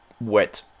wet